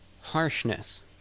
harshness